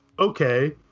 Okay